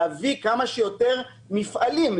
להביא כמה שיותר מפעלים,